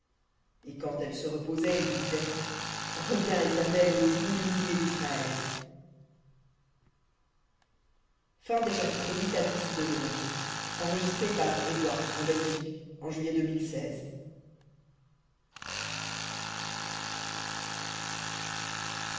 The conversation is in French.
et quand elle se reposait il disait reviens éternel aux dix mille milliers d'israël